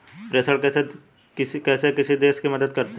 प्रेषण कैसे किसी देश की मदद करते हैं?